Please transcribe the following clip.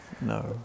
no